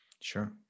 Sure